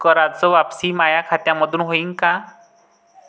कराच वापसी माया खात्यामंधून होईन का?